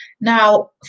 now